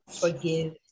Forgive